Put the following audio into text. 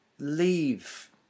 leave